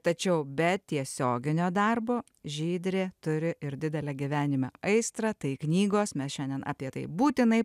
tačiau be tiesioginio darbo žydrė turi ir didelę gyvenime aistrą tai knygos mes šiandien apie tai būtinai